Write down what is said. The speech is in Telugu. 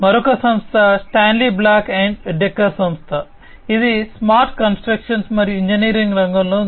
మరొక సంస్థ స్టాన్లీ బ్లాక్ అండ్ డెక్కర్ సంస్థ ఇది స్మార్ట్ కన్స్ట్రక్షన్ మరియు ఇంజనీరింగ్ రంగంలో ఉంది